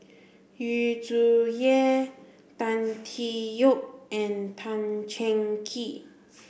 Yu Zhuye Tan Tee Yoke and Tan Cheng Kee